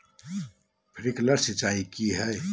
Sprinkler सिंचाई क्या है?